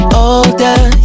older